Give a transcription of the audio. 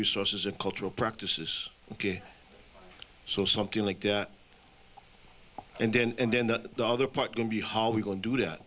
resources and cultural practices ok so something like that and then and then the other part going to be how we can do that